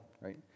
right